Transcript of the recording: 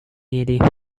needed